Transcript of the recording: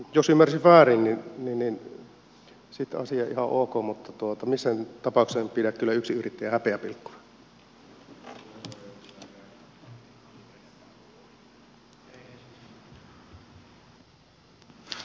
jos ymmärsin väärin niin sitten asia on ihan ok mutta missään tapauksessa en pidä kyllä yksinyrittäjiä häpeäpilkkuna